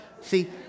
See